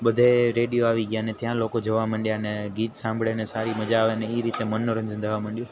બધે રેડિયો આવી ગ્યાને ત્યાં લોકો જવા મંડ્યાને ગીત સાંભળેને સારી મજા આવેને એ રીતે મનોરંજન થવા મંડયું